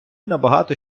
набагато